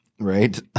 Right